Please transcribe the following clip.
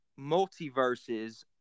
multiverses